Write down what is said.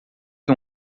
que